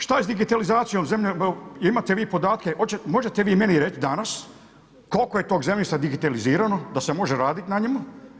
Šta je sa digitalizacijom zemlje, imate li vi podatke, možete vi meni reći danas, koliko je tog zemljišta digitalizirano, da se može raditi na njemu.